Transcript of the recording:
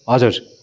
हजुर